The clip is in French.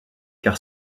car